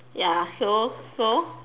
ya so so